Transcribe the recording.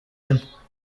ine